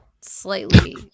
slightly